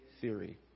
theory